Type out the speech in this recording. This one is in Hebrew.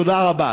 תודה רבה.